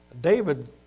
David